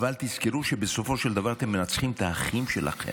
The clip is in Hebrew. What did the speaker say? אבל תזכרו שבסופו של דבר אתם מנצחים את האחים שלכם,